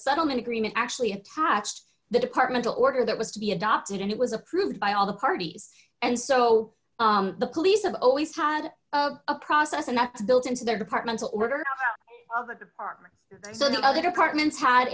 settlement agreement actually attached the departmental order that was to be adopted and it was approved by all the parties and so the police have always had a process and that's built into the departmental order of the department so that other departments had